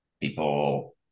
people